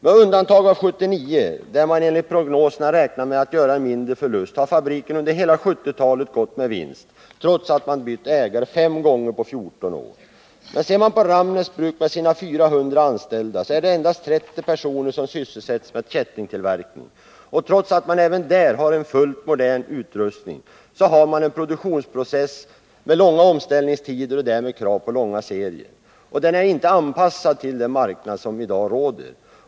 Med undantag av 1979, då man enligt prognoserna räknar med att göra en mindre förlust, har fabriken under hela 1970-talet gått med vinst, trots att man bytt ägare fem gånger på 14 år. Ser man på Ramnäs bruk med sina 400 anställda, finner man att det är endast 30 personer som sysselsätts med kättingtillverkning. Trots att man även där har en fullt modern utrustning, har man en produktionsprocess med långa omställningstider och därmed krav på långa serier. Den är inte anpassad till den marknad som råder.